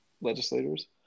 legislators